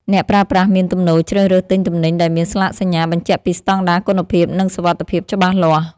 អ្នកប្រើប្រាស់មានទំនោរជ្រើសរើសទិញទំនិញដែលមានស្លាកសញ្ញាបញ្ជាក់ពីស្តង់ដារគុណភាព និងសុវត្ថិភាពច្បាស់លាស់។